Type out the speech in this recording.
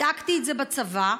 בדקתי בצבא,